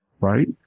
Right